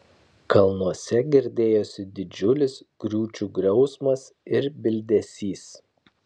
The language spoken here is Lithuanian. kalnuose girdėjosi didžiulis griūčių griausmas ir bildesys